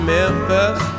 Memphis